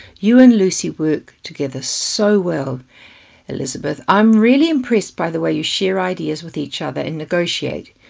you and lucy work together so well elizabeth. i'm really impressed by the way you share ideas with each other and negotiate.